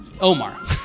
Omar